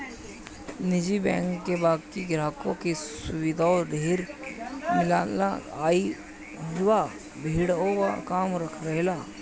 निजी बैंक में बाकि ग्राहक के सुविधा ढेर मिलेला आ इहवा भीड़ो कम रहेला